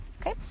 Okay